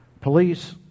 police